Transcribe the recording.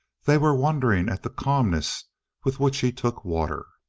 they were wondering at the calmness with which he took water.